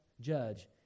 judge